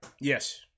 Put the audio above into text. Yes